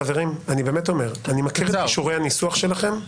חברים, אני מכיר את כישורי הניסוח שלכם.